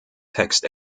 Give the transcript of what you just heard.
text